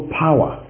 power